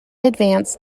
advanced